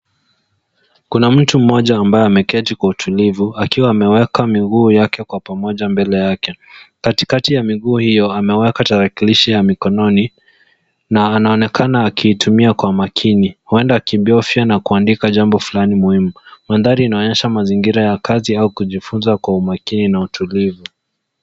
Kuna mtu mmoja ambaye ameketi kwa utulivu akiwa ameweka miguu yake kwa pamoja mbele yake. Katikati ya miguu hiyo ameweka tarakilishi ya mikononi na anaonekana akiitumia kwa makini huenda akibofya na kuandika jambo fulani muhimu. Mandhari inaonyesha mazingira ya kazi au kujifunza kwa umakini na utulivu.